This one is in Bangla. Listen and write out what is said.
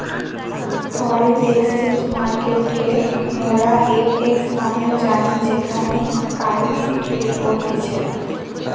ফরেন এক্সচেঞ্জ মার্কেটকে মোরা এফ.এক্স নামেও জানি যেখানে কারেন্সি ট্রেড করতিছে